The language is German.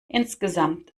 insgesamt